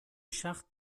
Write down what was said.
schacht